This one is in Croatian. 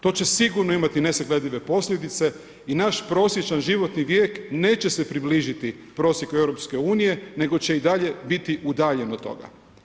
To će se i sigurno imati nesagledive posljedice i naš prosječan životi vijek neće se približiti prosjeku EU, nego će i dalje biti udaljen od toga.